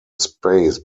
space